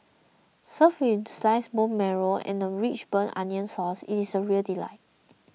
served with sliced bone marrow and a rich burnt onion sauce it is a real delight